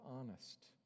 honest